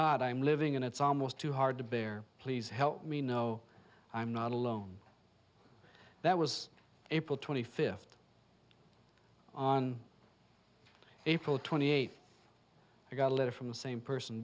not i'm living and it's almost too hard to bear please help me know i'm not alone that was april twenty fifth on april twenty eighth i got a letter from the same person